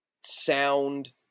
sound